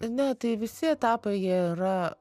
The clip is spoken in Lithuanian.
ne tai visi etapai jie yra